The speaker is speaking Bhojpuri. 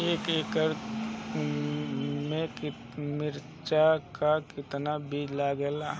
एक एकड़ में मिर्चा का कितना बीज लागेला?